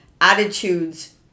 attitudes